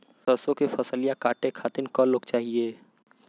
सरसो के फसलिया कांटे खातिन क लोग चाहिए?